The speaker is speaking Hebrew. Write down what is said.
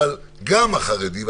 אבל גם החרדית.